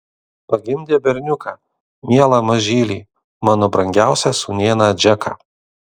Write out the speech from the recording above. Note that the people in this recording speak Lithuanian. pagimdė berniuką mielą mažylį mano brangiausią sūnėną džeką